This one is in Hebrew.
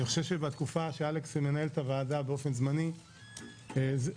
אדוני יושב-ראש הכנסת,